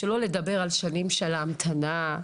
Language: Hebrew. שלא לדבר על שנים של ההמתנה,